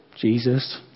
Jesus